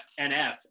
NF